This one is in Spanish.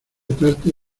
tarta